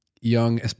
young